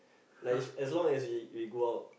like as long we we go out